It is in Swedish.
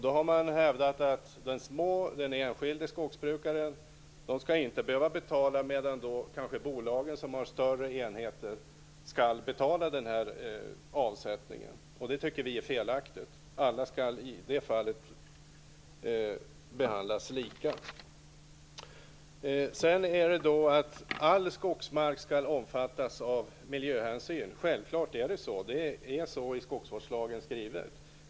Då har man hävdat att den enskilde skogsbrukaren inte skall behöva betala medan bolagen, som har större enheter, skall betala avsättningen. Vi tycker att det är felaktigt. Alla skall behandlas lika i det fallet. Självfallet skall all skogsmark omfattas av miljöhänsyn. Det är skrivet så i skogsvårdslagen.